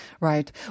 right